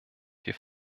wir